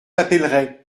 appellerai